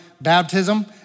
baptism